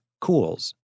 cools